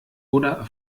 oder